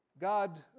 God